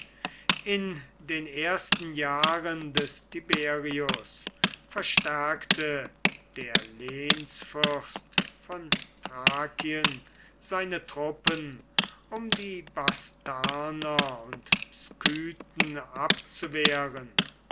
in den ersten jahren des tiberius verstärkte der lehnsfürst von thrakien seine truppen um die bastarner und skythen abzuwehren